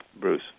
Bruce